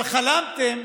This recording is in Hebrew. אבל חלמתם,